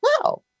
Wow